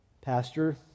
Pastor